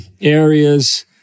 areas